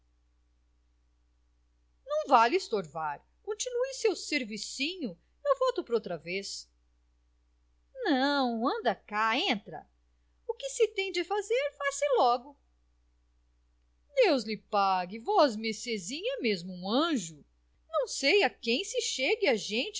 não vale estorvar continue seu servicinho eu volto proutra vez não anda cá entra o que se tem de fazer faz-se logo deus lhe pague vosmecezinha é mesmo um anjo não sei a quem se chegue a gente